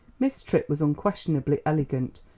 miss tripp was unquestionably elegant,